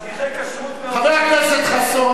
חברת הכנסת אדטו,